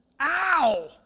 Ow